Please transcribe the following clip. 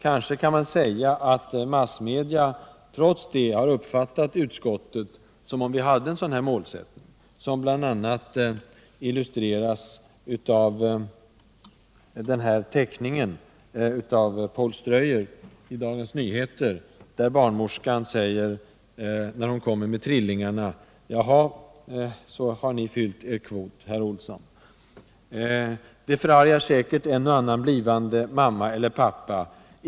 Kanske kan man säga att massmedia trots detta har uppfattat utskottet som om vi hade en sådan målsättning, vilket bl.a. illustreras av den teckning av Poul Ströyer i Dagens Nyheter som jag visar på TV-skärmen. Där säger barnmorskan när hon kommer med trillingarna: ”Jaha, så är er kvot uppfylld, herr Olsson.” Den teckningen förargar säkert en och annan blivande mamma och pappa.